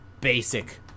basic